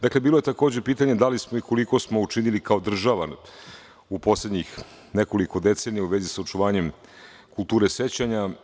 Dakle, bilo je takođe i pitanje da li smo i koliko smo učinili kao država u poslednjih nekoliko decenija u vezi sa očuvanjem kulture sećanja?